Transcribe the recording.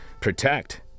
protect